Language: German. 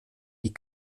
die